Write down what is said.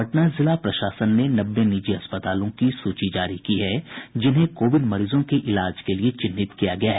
पटना जिला प्रशासन ने नब्बे निजी अस्पतालों की सूची जारी की है जिन्हें कोविड मरीजों के इलाज के लिये चिन्हित किया गया है